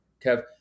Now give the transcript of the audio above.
Kev